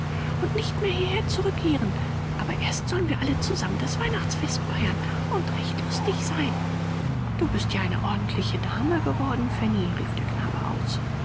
und nicht mehr hierher zurückkehren aber erst sollen wir alle zusammen das weihnachtsfest feiern und recht lustig sein du bist ja eine ordentliche dame geworden fanny rief der knabe aus